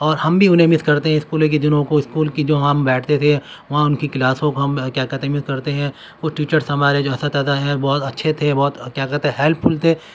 اور ہم بھی انہیں مس کرتے ہیں اسکولیں کے دنوں کو اسکول کی جو وہاں ہم بیٹھتے تھے وہاں ان کی کلاسوں کو ہم کیا کہتے ہیں مس کرتے ہیں وہ ٹیچرس ہمارے جو اساتذہ ہیں بہت اچھے تھے بہت کیا کہتے ہیں ہیلپفل تھے